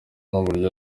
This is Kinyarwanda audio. n’uburyo